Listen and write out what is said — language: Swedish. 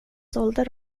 sålde